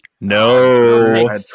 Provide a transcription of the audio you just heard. No